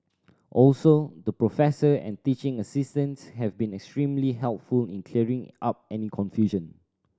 also the professor and teaching assistants have been extremely helpful in clearing up any confusion